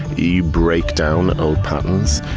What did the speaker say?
you break down old patterns,